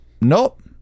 nope